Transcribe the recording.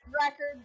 record